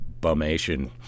bumation